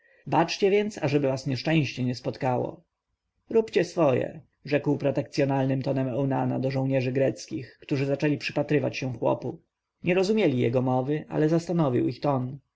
baczcie więc ażeby was nieszczęście nie spotkało róbcie swoje rzekł protekcjonalnym tonem eunana do żołnierzy greckich którzy zaczęli przypatrywać się chłopu nie rozumieli jego mowy ale zastanowił ich